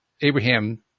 Abraham